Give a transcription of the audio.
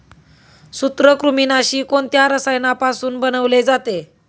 सूत्रकृमिनाशी कोणत्या रसायनापासून बनवले जाते?